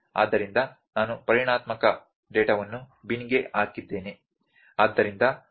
ಆದ್ದರಿಂದ ನಾನು ಪರಿಮಾಣಾತ್ಮಕ ಡೇಟಾವನ್ನು ಬಿನ್ಗೆ ಹಾಕಿದ್ದೇನೆ